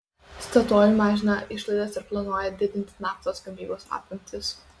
statoil mažina išlaidas ir planuoja didinti naftos gavybos apimtis